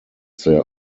their